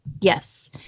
Yes